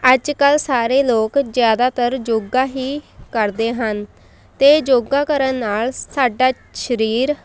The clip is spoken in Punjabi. ਅੱਜ ਕੱਲ੍ਹ ਸਾਰੇ ਲੋਕ ਜ਼ਿਆਦਾਤਰ ਯੋਗਾ ਹੀ ਕਰਦੇ ਹਨ ਅਤੇ ਯੋਗਾ ਕਰਨ ਨਾਲ ਸਾਡਾ ਸਰੀਰ